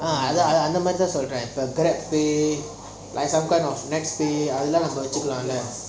ah அதன் அதன் மாறி தான் சொல்றன் இப்போ:athan athan maari thaan solran ipo greg pay but that pay extra five dollar அந்த மாறி நம்ம வெச்சிக்கிறோம்ல:antha maari namma vechikiromla